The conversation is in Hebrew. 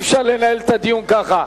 אי-אפשר לנהל את הדיון ככה.